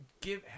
give